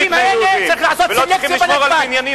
לכל האנשים האלה צריך לעשות סלקציה בנתב"ג,